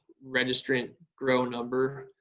registrant grow number,